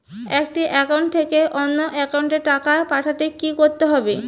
একটি একাউন্ট থেকে অন্য একাউন্টে টাকা পাঠাতে কি করতে হবে?